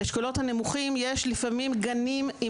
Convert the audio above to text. באשכולות הנמוכים יש לפעמים גנים,